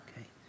Okay